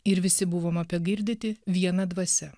ir visi buvome pagirdyti viena dvasia